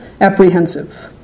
apprehensive